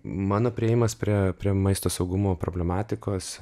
mano priėjimas prie prie maisto saugumo problematikos